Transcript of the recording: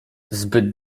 zbyt